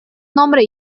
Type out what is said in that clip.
nombre